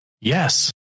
yes